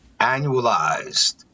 annualized